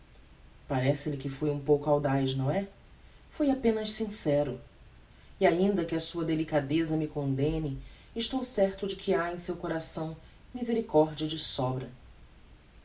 parece-lhe que fui um pouco audaz não é fui apenas sincero e ainda que a sua delicadeza me condemne estou certo de que ha em seu coração misericordia de sobra